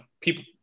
people